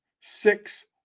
six